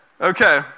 Okay